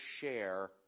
share